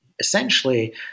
Essentially